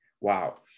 Wow